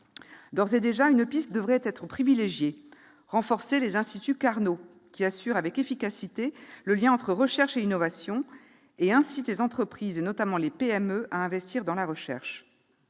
D'ores et déjà, une piste devrait être privilégiée : le renforcement des Instituts Carnot, qui assurent avec efficacité le lien entre recherche et innovation et incitent les entreprises, notamment les PME, à investir dans la recherche.